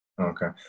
Okay